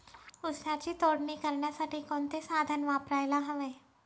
ऊसाची तोडणी करण्यासाठी कोणते साधन वापरायला हवे?